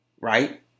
right